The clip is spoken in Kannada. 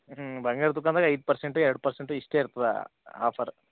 ಹ್ಞೂ ಬಂಗಾರ ದುಖಾನ್ದಾಗ್ ಐದು ಪರ್ಸೆಂಟು ಎರಡು ಪರ್ಸೆಂಟು ಇಷ್ಟೆ ಇರ್ತದ ಆಫರ್